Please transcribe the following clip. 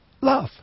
love